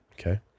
Okay